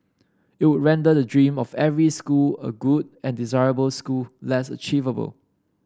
it would render the dream of every school a good and desirable school less achievable